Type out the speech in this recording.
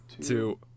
two